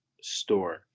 store